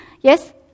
Yes